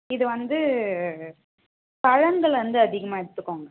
இது வந்து பழங்கள் வந்து அதிகமாக எடுத்துக்கோங்க